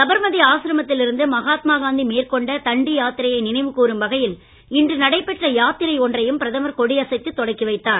சபர்மதி ஆசிரமத்தில் இருந்து மகாத்மா காந்தி மேற்கொண்ட தண்டி யாத்திரையை நினைவு கூறும் வகையில் இன்று நடைபெற்ற யாத்திரை ஒன்றையும் பிரதமர் கொடியசைத்து தொடக்கி வைத்தார்